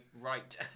right